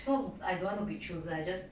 so I don't want to be chooser I just